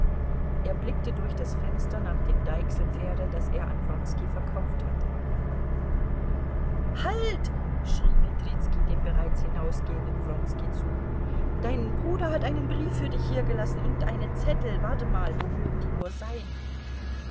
er blickte durch das fenster nach dem deichselpferde das er an wronski verkauft hatte halt schrie petrizki dem bereits hinausgehenden wronski zu dein bruder hat einen brief für dich hiergelassen und einen zettel warte mal wo mögen die nur sein